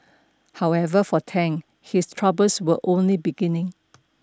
however for Tang his troubles were only beginning